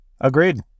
Agreed